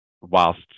whilst